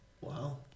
wow